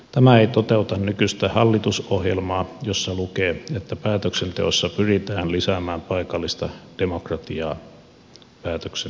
tämä ei toteuta nykyistä hallitusohjelmaa jossa lukee että pyritään lisäämään paikallista demokratiaa päätöksenteossa